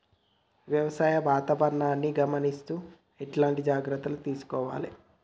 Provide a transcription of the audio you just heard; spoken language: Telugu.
వ్యవసాయ వాతావరణాన్ని గమనిస్తూ ఎట్లాంటి జాగ్రత్తలు తీసుకోవాలే?